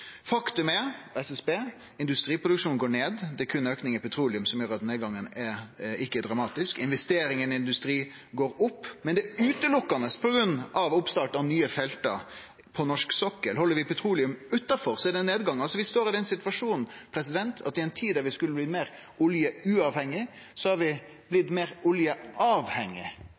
Faktum er – dette er frå SSB – at industriproduksjonen går ned. Det er berre ein auke innanfor petroleum som gjer at nedgangen ikkje er dramatisk. Investeringane i industri går opp, men det er berre på grunn av oppstart av nye felt på norsk sokkel. Held vi petroleum utanfor, er det ein nedgang. Vi står altså i den situasjonen at vi, i ei tid da vi skulle bli meir oljeuavhengige, har blitt meir